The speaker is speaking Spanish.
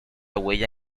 huella